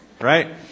right